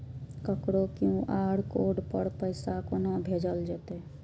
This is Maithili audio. ककरो क्यू.आर कोड पर पैसा कोना भेजल जेतै?